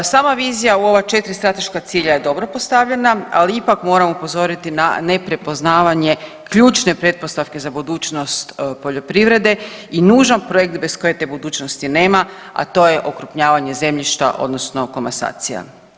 Sama vizija u ova 4 strateška cilja je dobro postavljena, ali ipak moramo upozoriti na neprepoznavanje ključne pretpostavke za budućnost poljoprivrede i nužan projekt bez koje te budućnosti nema, a to je okrupnjavanje zemljišta odnosno komasacija.